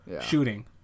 shooting